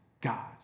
God